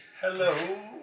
Hello